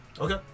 Okay